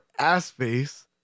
Assface